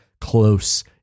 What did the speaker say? close